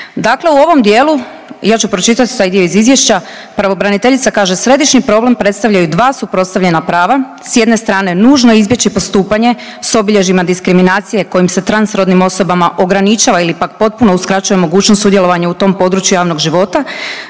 Dakle, u ovom dijelu ja ću pročitati taj dio iz izvješća pravobraniteljica kaže: „Središnji problem predstavljaju dva suprotstavljena prava. Sa jedne strane nužno je izbjeći postupanje sa obilježjima diskriminacije kojim se transrodnim osobama ograničava ili pak potpuno uskraćuje mogućnost sudjelovanja u tom području javnog života,